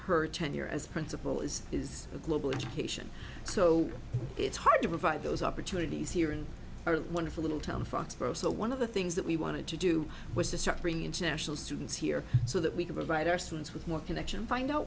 her tenure as principal is is a global education so it's hard to provide those opportunities here in our wonderful little town foxborough so one of the things that we wanted to do was to start bringing international students here so that we could provide our students with more connection find out